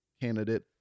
candidate